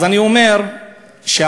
אז אני אומר שהעוני,